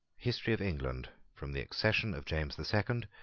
history of england from the accession of james the second